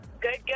good